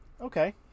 Okay